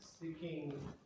Seeking